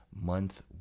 month